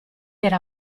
era